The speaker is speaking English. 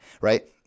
Right